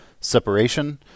separation